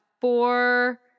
four